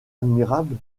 admirable